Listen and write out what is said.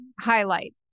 highlight